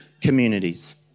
communities